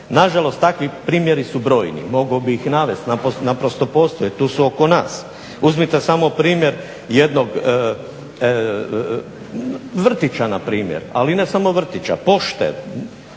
Na žalost takvi primjeri su brojni, mogao bih ih navesti, naprosto postoje, tu su oko nas. Uzmite samo primjer jednog vrtića na primjer, ali ne samo vrtića pošte.